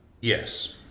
Yes